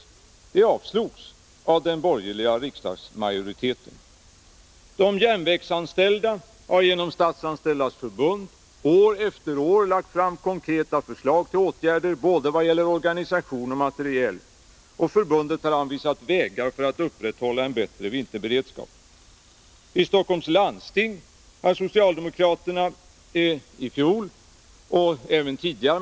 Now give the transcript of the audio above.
De förslagen avslogs av den borgerliga riksdagsmajoriteten. De järnvägsanställda har genom Statsanställdas förbund år efter år lagt fram konkreta förslag till åtgärder vad gäller både organisation och materiel, och förbundet har anvisat vägar för att upprätthålla en bättre vinterberedskap. I Stockholms läns landsting har socialdemokraterna kommit med förslagi Nr 68 fjol och även tidigare.